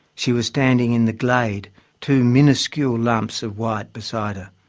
she was standing in the glade, two miniscule lumps of white beside her.